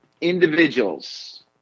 individuals